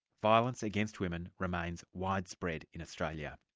violence against women remains widespread in australia.